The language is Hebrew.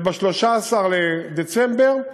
וב-13 בדצמבר,